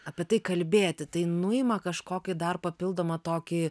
apie tai kalbėti tai nuima kažkokį dar papildomą tokį